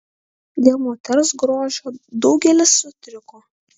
dėl moters grožio daugelis sutriko